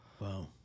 Wow